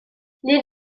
les